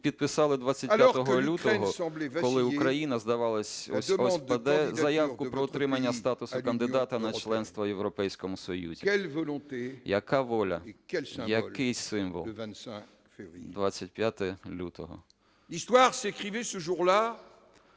підписали 25 лютого, коли Україна здавалося ось-ось впаде, заявку про отримання статусу кандидата на членство в Європейському Союзі. Яка воля! Який символ! 25 лютого.